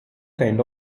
kind